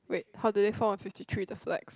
wait how do they form a fifty three the flags